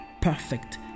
perfect